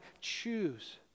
choose